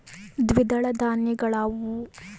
ದ್ವಿದಳ ಧಾನ್ಯಗಳಾವುವು?